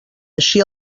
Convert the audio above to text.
així